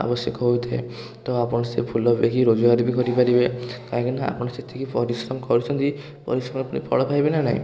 ଆବଶ୍ୟକ ହୋଇଥାଏ ତ ଆପଣ ସେ ଫୁଲ ବିକି ରୋଜଗାର ବି କରି ପାରିବେ କାହିଁକି ନା ଆପଣ ସେତିକି ପରିଶ୍ରମ କରଛନ୍ତି ପରିଶ୍ରମର ଫଳ ପାଇବେ ନା ନାହିଁ